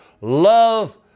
love